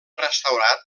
restaurat